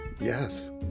Yes